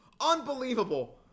Unbelievable